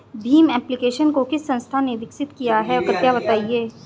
Bhim application को किस संस्था ने विकसित किया है कृपया बताइए?